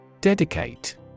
Dedicate